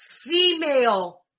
female